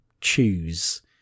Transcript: choose